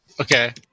Okay